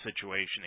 situation